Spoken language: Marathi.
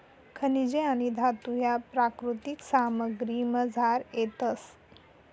खनिजे आणि धातू ह्या प्राकृतिक सामग्रीमझार येतस